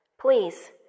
Please